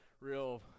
real